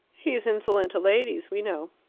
he's insolent to ladies, we know.